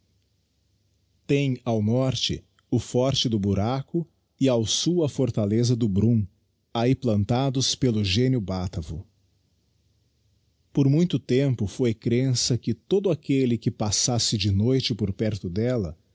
tem ao norte o forte do buraco e ao sul a fortaleza do brum ahi plantados pelo génio batavo por muito tempo foi crença que todo aquelle que passasse de noite por perto delia